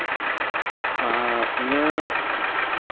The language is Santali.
ᱟᱨ ᱤᱧᱟᱹᱜ